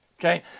Okay